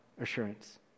assurance